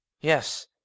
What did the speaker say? Yes